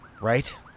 Right